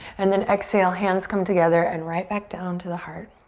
and then exhale, hands come together and right back down to the heart.